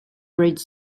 bridge